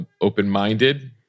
open-minded